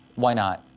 why not?